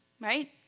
right